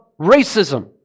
racism